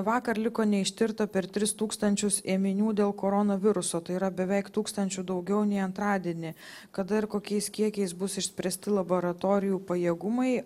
vakar liko neištirta per tris tūkstančius ėminių dėl koronaviruso tai yra beveik tūkstančiu daugiau nei antradienį kada ir kokiais kiekiais bus išspręsti laboratorijų pajėgumai